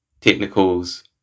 technicals